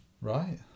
Right